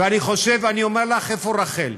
ואני חושב ואני אומר לך, איפה רחל?